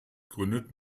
gründet